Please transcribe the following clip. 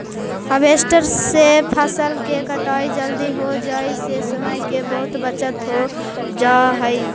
harvester से फसल के कटाई जल्दी हो जाई से समय के बहुत बचत हो जाऽ हई